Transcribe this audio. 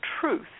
truth